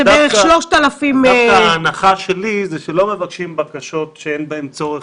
זה בערך 3,000 --- ההנחה שלי זה שלא מבקשים בקשות שאין בהן צורך,